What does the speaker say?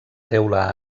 teula